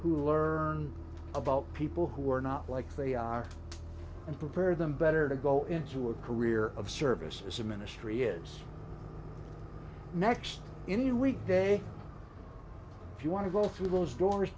who learn about people who are not like they are and prepare them better to go into a career of service as a ministry is next in weekday if you want to go through those doors